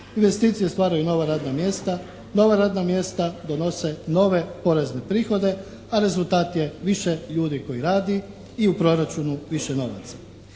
investicije stvaraju nova radna mjesta, nova radna mjesta donose nove porezne prihode a rezultat je više ljudi koji radi i u proračunu više novaca.